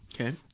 Okay